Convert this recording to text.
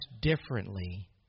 differently